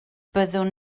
byddwn